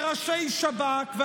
בראשי שב"כ.